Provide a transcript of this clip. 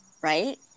right